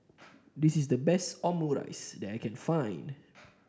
this is the best Omurice that I can find